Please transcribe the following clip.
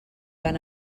van